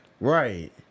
Right